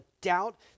doubt